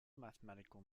mathematical